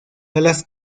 alas